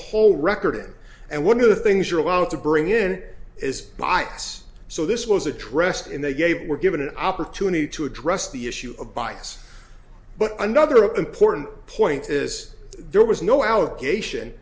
whole record and one of the things you're allowed to bring in is bypass so this was addressed and they gave were given an opportunity to address the issue of bias but another important point is there was no allegation